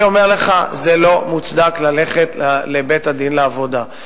אני אומר לך, לא מוצדק ללכת לבית-הדין לעבודה.